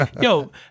yo